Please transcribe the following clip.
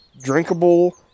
drinkable